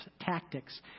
tactics